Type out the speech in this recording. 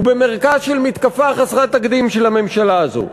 הוא במרכז מתקפה חסרת תקדים של הממשלה הזאת.